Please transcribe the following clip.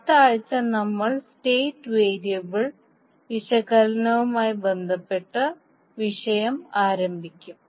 അടുത്ത ആഴ്ച നമ്മൾ സ്റ്റേറ്റ് വേരിയബിൾ വിശകലനവുമായി ബന്ധപ്പെട്ട വിഷയം ആരംഭിക്കും